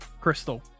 Crystal